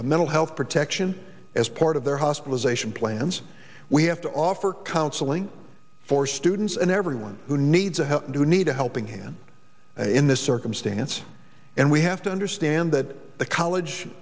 a mental health protection as part of their hospitalization plans we have to offer counseling for students and everyone who needs help do need a helping hand in this circumstance and we have to understand that the college